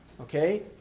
okay